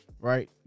right